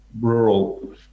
rural